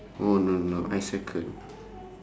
oh no no I circle